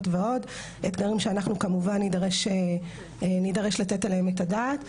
אתגרים שאנחנו כמובן נידרש לתת עליהם את הדעת,